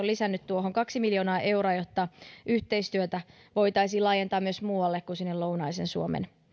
lisännyt tuohon kaksi miljoonaa euroa jotta yhteistyötä voitaisiin laajentaa myös muualle kuin sinne lounaisen suomen